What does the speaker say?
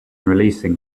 releasing